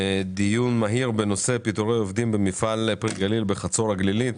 דיון מהיר בנושא: פיטורי עובדים במפעל פרי גליל בחצור הגלילית.